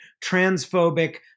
transphobic